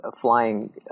flying